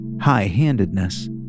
high-handedness